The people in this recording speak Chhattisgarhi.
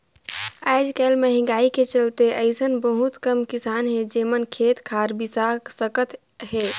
आयज कायल मंहगाई के चलते अइसन बहुत कम किसान हे जेमन खेत खार बिसा सकत हे